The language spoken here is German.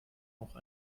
auch